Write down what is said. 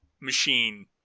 machine